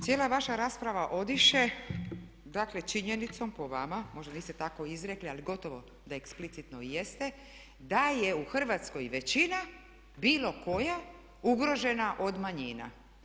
Cijela vaša rasprava, dakle činjenicom po vama, možda niste tako izrekli ali gotovo da eksplicitno i jeste, da je u Hrvatskoj većina bilo koja ugrožena od manjina.